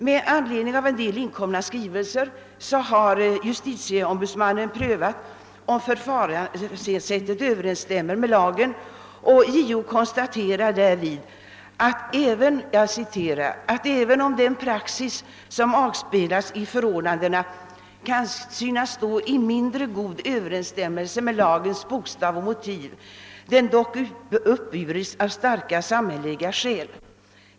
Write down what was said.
Med anledning av vissa inkomna skrivelser har justitieombudsmannen prövat om förfaringssättet överensstämmer med lagen, och han konstaterar därvid att >även om den praxis som avspeglas i förordnandena kan synas stå i mindre god överensstämmelse med lagens bokstav och motiv, den dock uppburits av starka samhälleliga skäl.